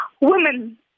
Women